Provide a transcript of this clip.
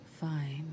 Fine